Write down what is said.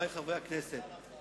חברי חברי הכנסת,